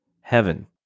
heaven